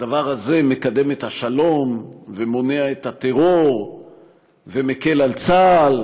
הדבר הזה מקדם את השלום ומונע את הטרור ומקל על צה"ל,